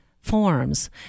forms